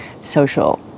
social